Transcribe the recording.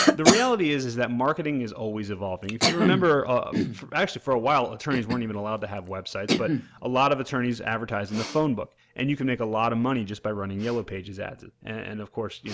the reality is is that marketing is always evolving. if you remember actually actually for a while attorneys weren't even allowed to have websites but a lot of attorneys advertise in the phone book and you can make a lot of money just by running yellow pages ads and of course, you